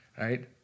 right